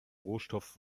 rohstoff